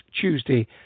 Tuesday